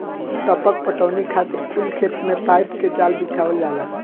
टपक पटौनी खातिर कुल खेत मे पाइप के जाल बिछावल जाला